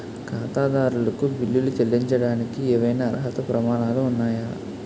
ఖాతాదారులకు బిల్లులు చెల్లించడానికి ఏవైనా అర్హత ప్రమాణాలు ఉన్నాయా?